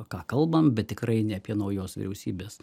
ką kalbam bet tikrai ne apie naujos vyriausybės